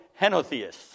henotheists